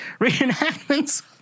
reenactments